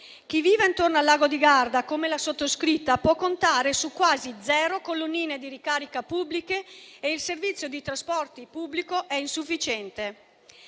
Chi vive intorno al lago di Garda, come la sottoscritta, può contare su quasi zero colonnine di ricarica pubbliche e il servizio di trasporto pubblico è insufficiente.